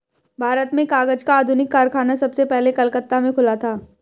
भारत में कागज का आधुनिक कारखाना सबसे पहले कलकत्ता में खुला था